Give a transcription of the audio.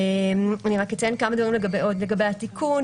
רק אציין כמה דברים לגבי התיקון.